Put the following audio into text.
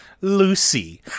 Lucy